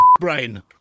brain